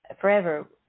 forever